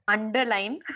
Underline